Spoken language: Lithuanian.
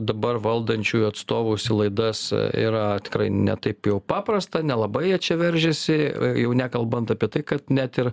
dabar valdančiųjų atstovus į laidas yra tikrai ne taip jau paprasta nelabai jie čia veržiasi jau nekalbant apie tai kad net ir